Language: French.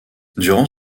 durant